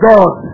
God